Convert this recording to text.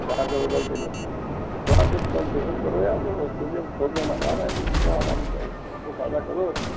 चार सौ रुपये किलो तो थोड़ा कुछ कंसेसन करो यार देखो उसके लिए थोक में मंगा रहा है तुम क्या साझा करो